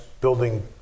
building